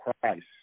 Christ